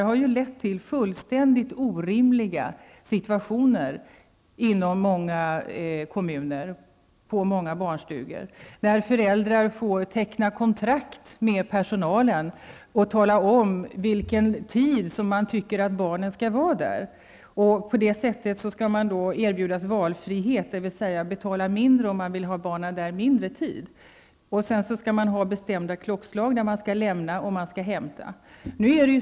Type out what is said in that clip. Detta har lett till fullständigt orimliga situationer på många barnstugor i olika kommuner. Föräldrar får teckna kontrakt med personalen och tala om vilken tid som man tycker att barnen skall vara där. På det sättet skall man erbjudas valfrihet, dvs. att betala mindre om man vill ha barnen där under kortare tid. Det anges då bestämda klockslag för när man skall lämna och för när man skall hämta barnen.